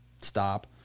stop